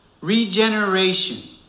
regeneration